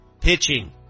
Pitching